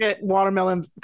watermelon